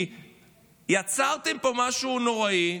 כי יצרתם פה משהו נוראי,